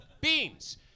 Beans